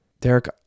Derek